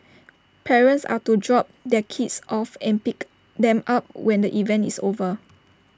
parents are to drop their kids off and pick them up when the event is over